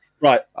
right